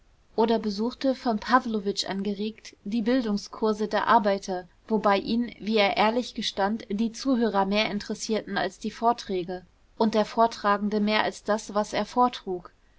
oder besuchte von pawlowitsch angeregt die bildungskurse der arbeiter wobei ihn wie er ehrlich gestand die zuhörer mehr interessierten als die vorträge und der vortragende mehr als das was er vortrug